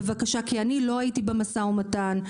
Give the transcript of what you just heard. אני לא הייתי במשא ומתן,